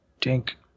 Dink